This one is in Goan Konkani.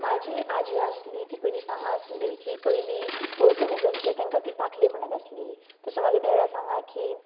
म्हाजी आजी आसली ती पयली सांगा आसली की पयली पोर्तुगीज आसले तांकां ती पाखले म्हणत आसली तसो म्हाज्या देडा सांगा की